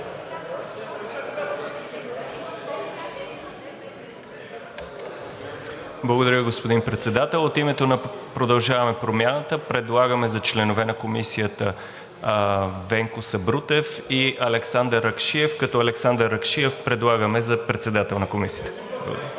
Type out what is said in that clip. Благодаря, господин Председател. От името на „Продължаваме Промяната“ предлагаме за членове на Комисията Венко Сабрутев и Александър Ракшиев, като Александър Ракшиев предлагаме за председател на Комисията.